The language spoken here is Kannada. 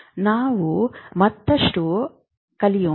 ನಾವು ಮತ್ತಷ್ಟು ಕಲಿಯೋಣ